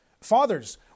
Fathers